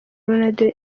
ronaldo